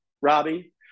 Robbie